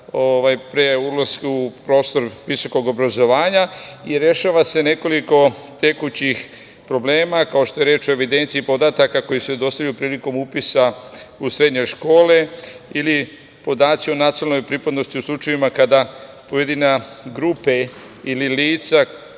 pre ulaska u prostor visokog obrazovanja i rešava se nekoliko tekućih problema, kao što je reč o evidenciji podataka koji se dostavljaju prilikom upisa u srednje škole ili podaci o nacionalnoj pripadnosti u slučajevima kada pojedine grupe ili lica